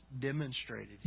demonstrated